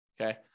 Okay